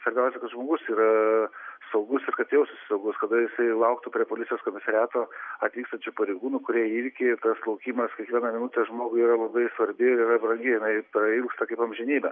svarbiausia kad žmogus yra aaa saugus ir kad jaustųsi saugus kada jisai lauktų prie policijos komisariato atvykstančių pareigūnų kurie į įvykį ir tas laukimas kiekviena minutė žmogui yra labai svarbi ir yra brangi jinai prailgsta kaip amžinybė